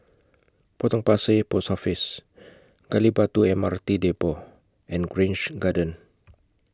Potong Pasir Post Office Gali Batu M R T Depot and Grange Garden